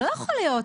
לא יכול להיות.